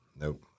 Nope